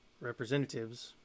representatives